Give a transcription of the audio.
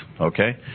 okay